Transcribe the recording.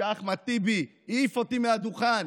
כשאחמד טיבי העיף אותי מהדוכן